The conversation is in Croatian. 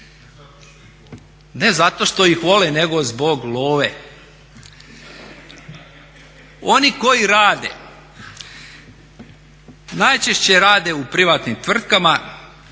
Ne zato što ih vole, nego zbog love. Oni koji rade najčešće rade u privatnim tvrtkama